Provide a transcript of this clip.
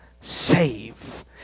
save